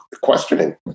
questioning